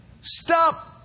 Stop